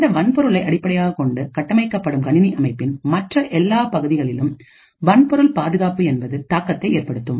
இந்த வன்பொருளை அடிப்படையாக கொண்டு கட்டமைக்கப்படும் கணினி அமைப்பின் மற்ற எல்லா பகுதிகளிலும்வன்பொருள் பாதுகாப்பு என்பது தாக்கத்தை ஏற்படுத்தும்